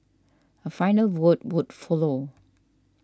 a final vote would follow